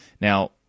now